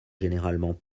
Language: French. généralement